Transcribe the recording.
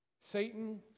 Satan